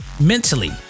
Mentally